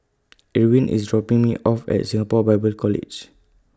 Irwin IS dropping Me off At Singapore Bible College